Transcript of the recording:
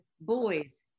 Boys